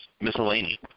miscellaneous